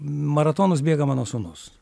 maratonus bėga mano sūnus